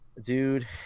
dude